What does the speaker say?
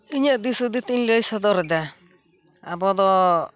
ᱤᱧᱟᱹᱜ ᱫᱤᱥ ᱦᱩᱫᱤᱥ ᱤᱧ ᱞᱟᱹᱭ ᱥᱚᱫᱚᱨᱮᱫᱟ ᱟᱵᱚ ᱫᱚ